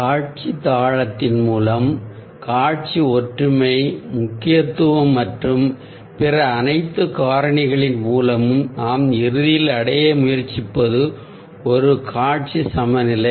காட்சி தாளத்தின் மூலம் காட்சி ஒற்றுமை முக்கியத்துவம் மற்றும் பிற அனைத்து காரணிகளின் மூலமும் நாம் இறுதியில் அடைய முயற்சிப்பது ஒரு காட்சி சமநிலை